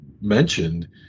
mentioned